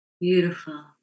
Beautiful